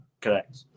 correct